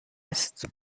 است